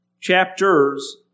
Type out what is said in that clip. chapters